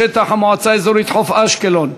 בשטח המועצה האזורית חוף-אשקלון,